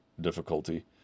difficulty